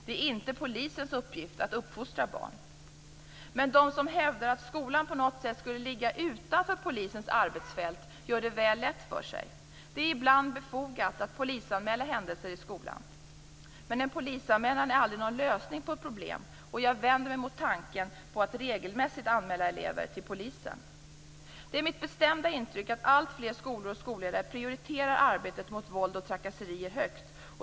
Det är inte polisens uppgift att uppfostra barn. Men de som hävdar att skolan på något sätt skulle ligga utanför polisens arbetsfält gör det väl lätt för sig. Det är ibland befogat att polisanmäla händelser i skolan. Men en polisanmälan är aldrig en lösning på ett problem. Jag vänder mig mot tanken att regelmässigt anmäla elever till polisen. Det är mitt bestämda intryck att alltfler skolor och skolledare prioriterar arbetet mot våld och trakasserier högt.